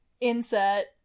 inset